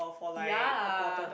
ya